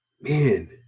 Man